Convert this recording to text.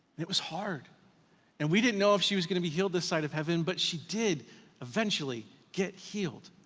it was hard and we didn't know if she was gonna be healed this side of heaven, but she did eventually get healed.